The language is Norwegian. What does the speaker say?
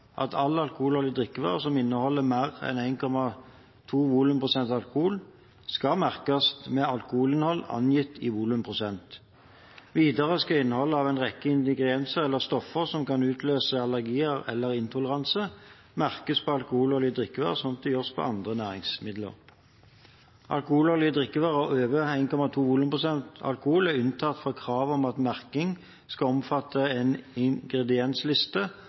at all alkoholholdig drikkevare som inneholder mer enn 1,2 volumprosent alkohol, skal merkes med alkoholinnhold angitt i volumprosent. Videre skal innholdet av en rekke ingredienser eller stoffer som kan utløse allergier eller intoleranse, merkes på alkoholholdige drikkevarer, slik det gjøres på andre næringsmidler. Alkoholholdige drikkevarer med over 1,2 volumprosent alkohol er unntatt fra kravet om at merking skal omfatte en ingrediensliste og en næringsdeklarasjon. For alle andre ferdigpakkede næringsmidler gjelder kravet om merking med en ingrediensliste